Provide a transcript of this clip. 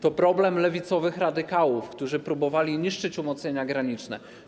To problem lewicowych radykałów, którzy próbowali niszczyć umocnienia graniczne.